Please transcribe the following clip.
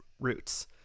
roots